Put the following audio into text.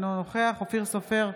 אינו נוכח אופיר סופר,